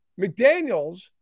McDaniels